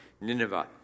Nineveh